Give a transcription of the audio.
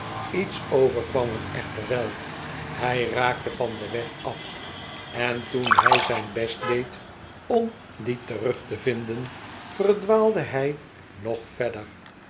lets overkwam hem echter wel hij raakte van den weg af eh toen hij zijn best deed om dien terug te vinden verdwaalde hij nog verder